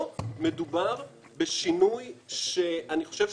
פה מדובר בשינוי שאני חושב,